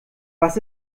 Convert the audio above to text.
was